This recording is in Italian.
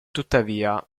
tuttavia